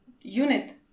unit